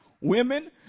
Women